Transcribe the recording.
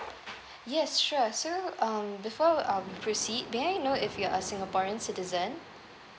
yes sure so um before um proceed may I know if you're a singaporean citizen